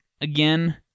Again